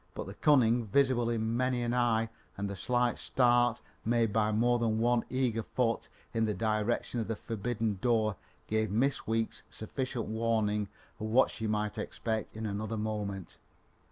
but the cunning visible in many an eye and the slight start made by more than one eager foot in the direction of the forbidden door gave miss weeks sufficient warning of what she might expect in another moment.